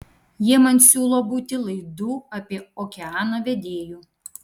jie man siūlo būti laidų apie okeaną vedėju